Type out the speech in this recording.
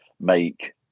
make